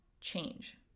change